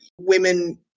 women